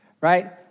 right